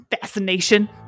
fascination